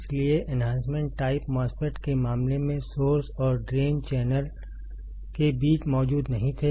इसलिए enhancement type MOSFET के मामले में सोर्स और ड्रेन चैनल के बीच मौजूद नहीं थे